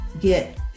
get